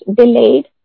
delayed